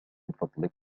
فضلك